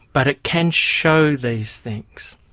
but it can show these things.